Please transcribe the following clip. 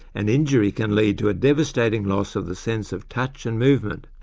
an injury can lead to a devastating loss of the sense of touch and movement,